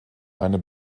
eine